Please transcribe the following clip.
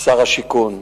שר השיכון.